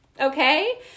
okay